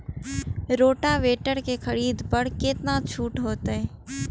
Rotavator के खरीद पर केतना छूट होते?